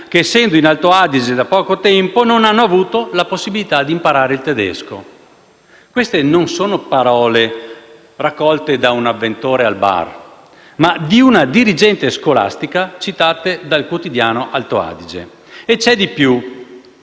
che, essendo in Alto Adige da poco tempo, non hanno avuto la possibilità di imparare il tedesco»: queste sono parole non raccolte da un avventore al bar, ma di una dirigente scolastica citate dal quotidiano «Alto Adige». E c'è di più: